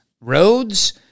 Roads